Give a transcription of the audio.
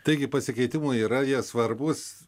taigi pasikeitimų yra jie svarbūs